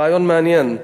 רעיון מעניין,